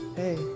hey